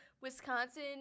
wisconsin